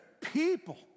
people